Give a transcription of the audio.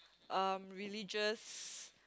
um religious